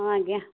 ହଁ ଆଜ୍ଞା